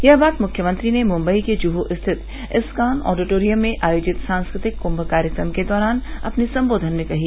यह बात मुख्यमंत्री मुंबई के जुहू स्थित इस्कॉन ऑडिटोरियम में आयोजित संस्कृतिक कुंभ कार्यक्रम के दौरान अपने संबोधन में कही